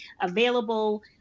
available